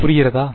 புரிகிறதா